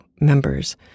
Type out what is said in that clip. members